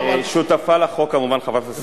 שותפה לחוק כמובן חברת הכנסת שלי יחימוביץ.